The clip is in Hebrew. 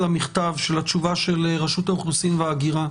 מכתב התשובה של רשות האוכלוסין וההגירה,